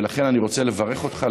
ולכן אני רוצה לברך אותך,